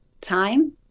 time